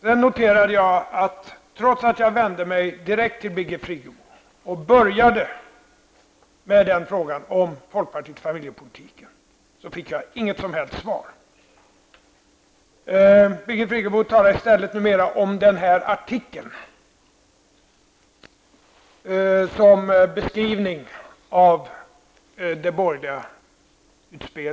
Jag noterar att jag, trots att jag vände mig direkt till Birgit Friggebo och började med att fråga om folkpartiet och familjepolitiken, inte fick något som helst svar. Birgit Friggebo talade i stället mera om den här artikeln som en beskrivning av folkpartiets utspel.